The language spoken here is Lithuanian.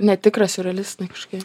netikrą siurrealistinį kažkokį